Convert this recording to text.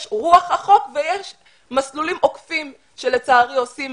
יש את רוח החוק ויש מסלולים עוקפים שלצערי עושים